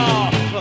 off